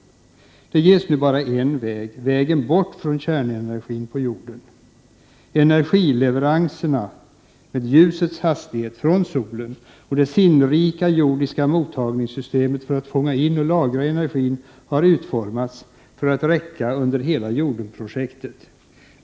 Det ges nu bara en väg — vägen bort från kärnenergin på jorden. Energileveranserna — med ljusets hastighet — från solen och det sinnrika jordiska mottagningssystemet för att fånga in och lagra energin har utformats för att räcka under hela Jordenprojektet.